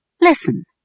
Listen